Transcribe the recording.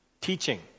Teaching